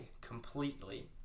completely